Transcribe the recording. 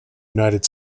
united